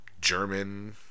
German